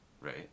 right